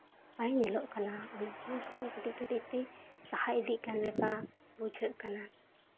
ᱵᱟᱭ ᱧᱮᱞᱚᱜ ᱠᱟᱱᱟ ᱚᱱᱟ ᱡᱤᱱᱤᱥ ᱠᱚ ᱠᱟᱹᱴᱤᱡ ᱠᱟᱹᱴᱤᱡ ᱛᱮ ᱥᱟᱦᱟ ᱤᱫᱤᱜ ᱠᱟᱱ ᱞᱮᱠᱟ ᱵᱩᱡᱷᱟᱹᱜ ᱠᱟᱱᱟ